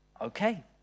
okay